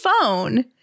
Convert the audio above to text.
phone